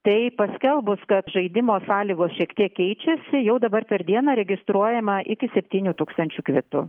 tai paskelbus kad žaidimo sąlygos šiek tiek keičiasi jau dabar per dieną registruojama iki septynių tūkstančių kvitų